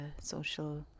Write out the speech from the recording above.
social